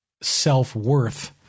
self-worth